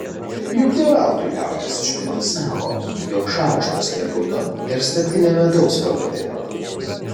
juk ne veltui liaudies išmintis sako jog šaukštas deguto ir statinę medaus pagadina